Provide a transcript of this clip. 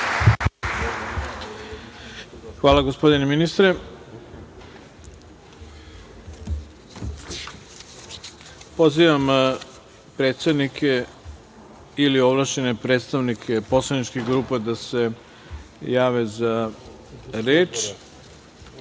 Hvala, gospodine ministre. Pozivam predsednike ili ovlašćene predstavnike poslaničkih grupa da se jave za reč. Da